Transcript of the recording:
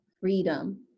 freedom